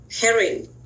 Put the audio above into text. Herring